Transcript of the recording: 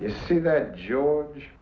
you see that george